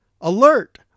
Alert